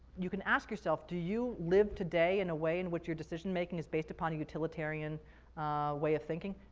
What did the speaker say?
you can ask yourself, do you live today in a way in which your decision making is based upon a utilitarian way of thinking?